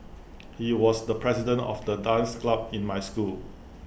he was the president of the dance club in my school